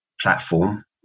platform